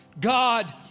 God